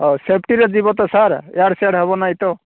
ହଉ ସେଫ୍ଟିରେ ଯିବ ତ ସାର୍ ଇଆଡ଼େ ସିଆଡ଼େ ହେବ ନାଇଁ ତ